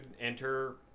enter